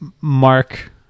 Mark